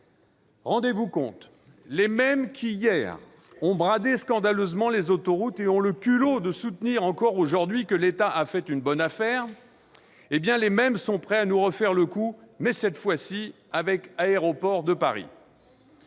Rendez-vous compte : les mêmes qui, hier, ont bradé scandaleusement les autoroutes et ont le culot de soutenir, aujourd'hui encore, que l'État a fait une bonne affaire, sont prêts à nous refaire le coup, cette fois avec Aéroports de Paris.